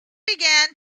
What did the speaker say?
began